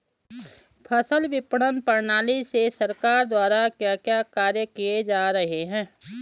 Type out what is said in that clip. फसल विपणन प्रणाली में सरकार द्वारा क्या क्या कार्य किए जा रहे हैं?